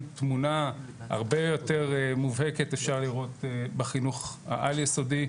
תמונה הרבה יותר מובהקת אפשר לראות בחינוך העל יסודי,